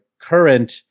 current